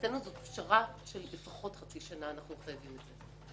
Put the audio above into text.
מבחינתנו זאת פשרה שלפחות חצי שנה אנחנו חייבים את זה.